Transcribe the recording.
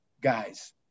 guys